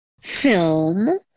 film